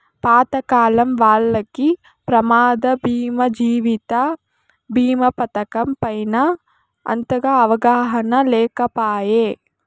పాతకాలం వాల్లకి ప్రమాద బీమా జీవిత బీమా పతకం పైన అంతగా అవగాహన లేకపాయె